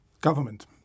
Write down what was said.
Government